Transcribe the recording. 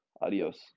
adios